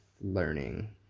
learning